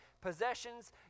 Possessions